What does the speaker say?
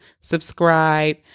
subscribe